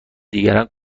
دیگری